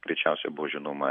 greičiausiai buvo žinoma